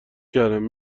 کردم